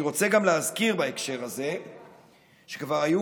אני רוצה גם להזכיר בהקשר הזה שכבר היו